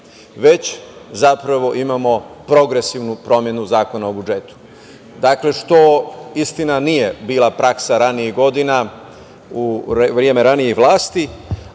već zapravo imamo progresivnu promenu Zakona o budžetu. Dakle, što, istina, nije bila praksa ranijih godina u vreme ranijih vlasti,